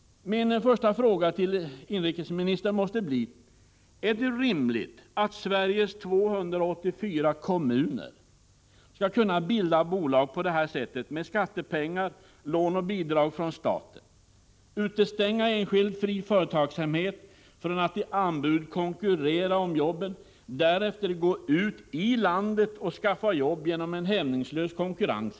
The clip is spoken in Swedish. Min första fråga till civilministern måste bli: Är det rimligt att Sveriges 284 kommuner skall kunna bilda bolag på det här sättet, med skattepengar, lån och bidrag från staten, utestänga enskild fri företagsamhet från att i anbud konkurrera om jobben och därefter gå ut i landet och skaffa jobb genom en hämningslös konkurrens?